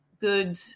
good